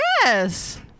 Yes